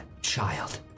child